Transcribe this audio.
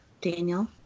Daniel